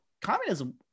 communism